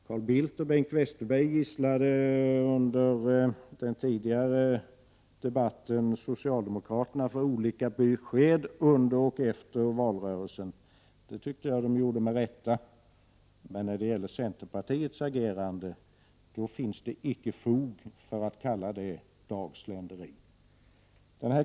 Carl Bildt och Bengt Westerberg gisslade under den tidigare debatten socialdemokraterna för olika besked under och efter valrörelsen. Det tycker jag att de gjorde med all rätta. Men centerpartiets agerande finns det icke fog att kalla för dagsländeri.